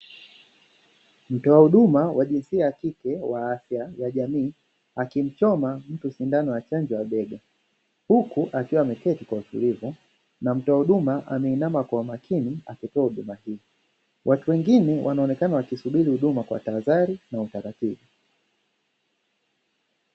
Mtoa huduma wa jinsia ya kike wa afya ya jamii akimchoma mtu sindano ya chanjo ya bega, huku akiwa ameketi kwa uhuru na mtoa huduma ameinama kwa makini akitoa utabibu kwa watu wengine wanaonekana wakisubiri huduma kwa tahadhari na utaratibu.